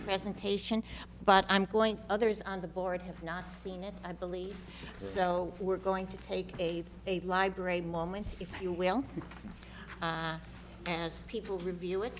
presentation but i'm going to others on the board have not seen it i believe so we're going to take a library moment if you will as people review it